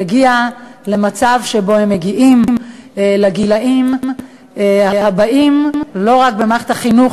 יגיעו למצב שבו הם מגיעים לגילים הבאים לא רק במערכת החינוך,